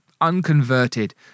unconverted